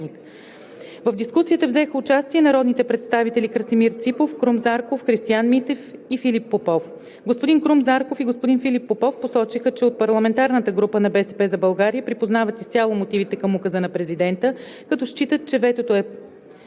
В дискусията взеха участие народните представители Красимир Ципов, Крум Зарков, Христиан Митев и Филип Попов. Господин Крум Зарков и господин Филип Попов посочиха, че от парламентарната група на „БСП за България“ припознават изцяло мотивите към Указа на президента, като считат, че ветото е